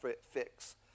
fix